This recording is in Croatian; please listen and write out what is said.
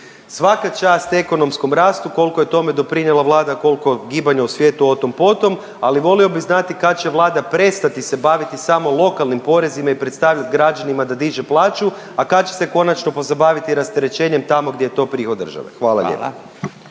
Svaka čast ekonomskom rastu, koliko je tome doprinijela Vlada koliko gibanja u svijetu, otom potom, ali volio bih znati kad će Vlada prestati se baviti samo lokalnim porezima i predstavit građanima da diže plaću, a kad će se konačno pozabaviti rasterećenjem tamo gdje je to prihod države. Hvala lijepa.